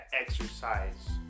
exercise